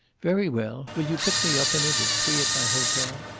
very well. will you pick me up in it at three at my hotel?